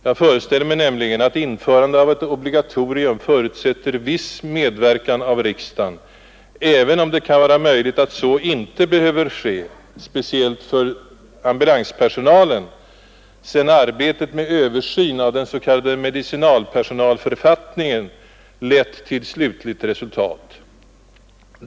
Jag föreställer mig nämligen att införande av ett obligatorium förutsätter viss medverkan av riksdagen, även om det kan vara möjligt att så inte behöver ske speciellt avseende ambulanspersonalen, sedan arbetet med översyn av den s.k. medicinalpersonalförfattningen lett till slutligt resultat.